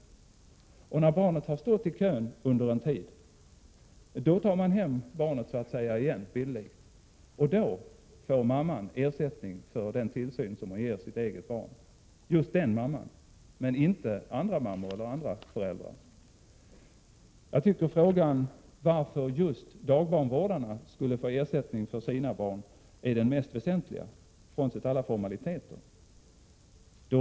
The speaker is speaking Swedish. När barnet har stått i kön en tid tar man bildligt talat hem barnet igen, och då får mamman ersättning för den tillsyn som hon ger sitt eget barn. Det får just den mamman, men inte andra mammor eller föräldrar. Jag tycker att frågan varför just dagbarnvårdarna skulle få ersättning för sina barn är den mest väsentliga, frånsett alla formaliteter.